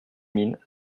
mines